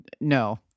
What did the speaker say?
no